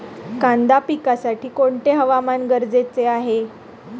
कांदा पिकासाठी कोणते हवामान गरजेचे आहे?